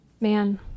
man